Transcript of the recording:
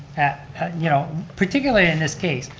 you know particularly in this case,